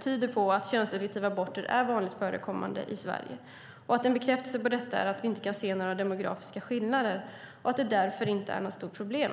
tyder på att könsselektiva aborter är vanligt förekommande i Sverige. En bekräftelse på detta är att vi inte kan se några demografiska skillnader och att det därför inte är något stort problem.